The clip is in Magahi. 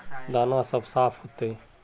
दाना सब साफ होते?